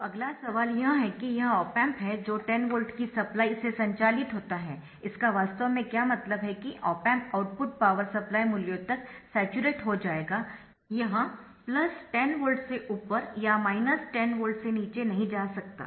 तो अगला सवाल यह है कि यह ऑप एम्प है जो 10 वोल्ट की सप्लाई से संचालित होता है इसका वास्तव में क्या मतलब है कि op amp output power supply मूल्यों तक स्याचुरेट हो जाएगा यह 10 वोल्ट से ऊपर या 10 वोल्ट से नीचे नहीं जा सकता